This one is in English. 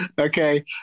Okay